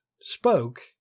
spoke